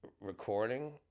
recording